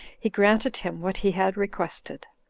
he granted him what he had requested.